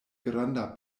granda